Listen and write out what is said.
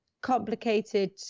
complicated